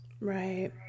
right